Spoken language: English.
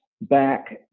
back